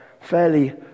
fairly